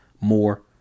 more